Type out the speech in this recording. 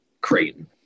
Creighton